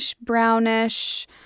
brownish